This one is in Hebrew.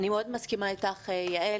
אני מאוד מסכימה איתך, יעל.